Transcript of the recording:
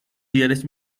líderes